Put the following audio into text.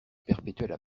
perpétuelle